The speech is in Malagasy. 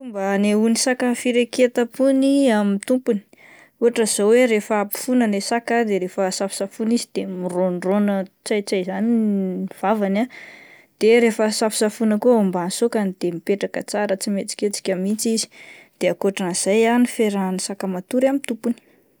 Fomba anehoan'ny saka ny fireketapony amin'ny tompony, ohatra zao hoe rehefa ampofoana ilay saka de rehefa safosafoina izy de miraondraona tsy hay tsy hay zany ny vavany ah, de rehefa safosafoina ihany koa ao ambany saokany de mipetraka tsara tsy mihetsiketsika mihintsy izy, de akoatran'izay ah ny fiarahan'ny saka matory amin'ny tompony.